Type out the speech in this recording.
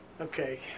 Okay